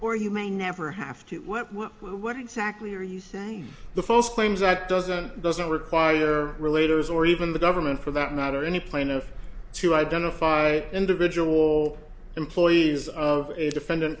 or you may never have to what exactly are you saying the false claims act doesn't doesn't require relator is or even the government for that matter any plaintiff to identify individual employees of a defendant